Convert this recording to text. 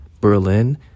Berlin